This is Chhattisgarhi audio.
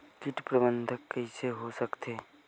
कीट प्रबंधन कइसे हो सकथे?